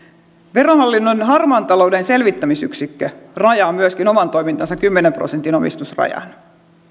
verohallinnon harmaan talouden selvitysyksikkö rajaa myöskin oman toimintansa kymmenen prosentin omistusrajaan